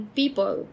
people